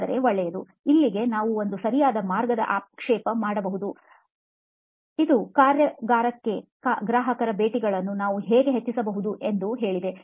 ಹಾಗಾದರೆ ಒಳ್ಳೆಯದು ಇಲ್ಲಿಯೇ ನಾವು ಒಂದು ಸರಿಯಾದ ಮಾರ್ಗದ ಆಕ್ಷೇಪ ಮಾಡುಬಹುವುದು ಅದು ಕಾರ್ಯಾಗಾರಕ್ಕೆ ಗ್ರಾಹಕರ ಭೇಟಿಗಳನ್ನು ನಾವು ಹೇಗೆ ಹೆಚ್ಚಿಸಬಹುದು ಎಂದು ಹೇಳಿದೆ